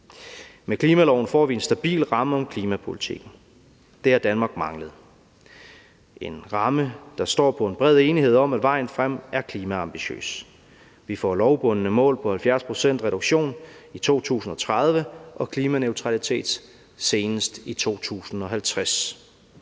Med klimaloven får vi en stabil ramme om klimapolitikken – det har Danmark manglet. Det er en ramme, der hviler på en bred enighed om, at vejen frem er klimaambitiøs. Vi får lovbundne mål på 70 pct.s reduktion i 2030 og klimaneutralitet senest i 2050.